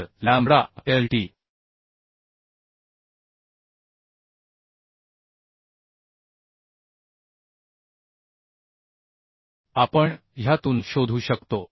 तर lambda lt आपण ह्यातून शोधू शकतो